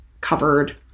covered